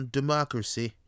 democracy